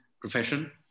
profession